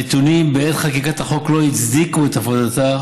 הנתונים בעת חקיקת החוק לא הצדיקו את הפרדתה